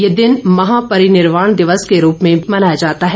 ये दिन महापरिनिर्वाण दिवस के रूप में मनाया जाता है